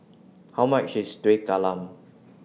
How much IS Kueh Talam